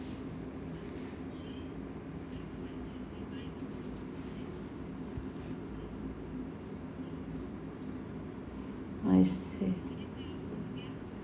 I see